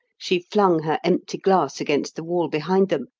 she flung her empty glass against the wall behind them,